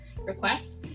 requests